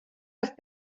have